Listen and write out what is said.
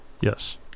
Yes